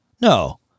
No